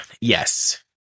Yes